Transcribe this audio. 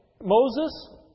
Moses